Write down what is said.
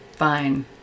fine